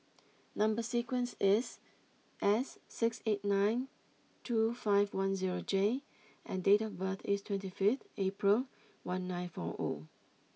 number sequence is S six eight nine two five one zero J and date of birth is twenty fifth April one nine four O